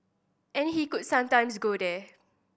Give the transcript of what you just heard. and he could sometimes go there